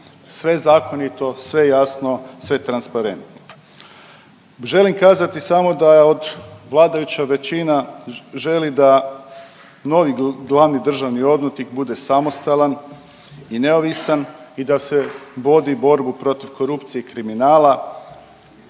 Sve zakonito, sve jasno, sve transparentno. Želim kazati samo da od vladajuća većina želi da novi glavni državni odvjetnik bude samostalan i neovisan i da se vodi borbu protiv korupcije i kriminala,